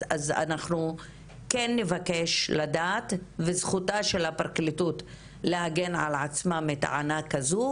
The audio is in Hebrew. אז אנחנו כן נבקש לדעת וזכותה של הפרקליטות להגן על עצמה מטענה כזאת,